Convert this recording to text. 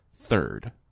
third